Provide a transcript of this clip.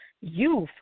youth